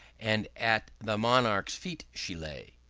and at the monarch's feet she lay.